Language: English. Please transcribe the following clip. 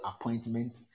appointment